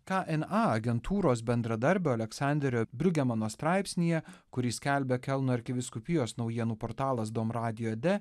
kna agentūros bendradarbio aleksanderio briugemano straipsnyje kurį skelbia kelno arkivyskupijos naujienų portalas dom radio de